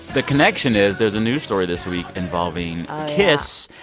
the connection is there's a new story this week involving kiss.